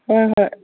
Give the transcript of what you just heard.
ꯍꯣꯏ ꯍꯣꯏ